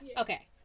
Okay